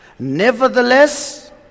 Nevertheless